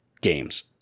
games